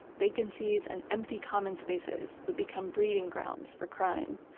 vacancies and empty common spaces would become breeding grounds for crime.